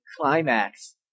climax